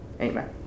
Amen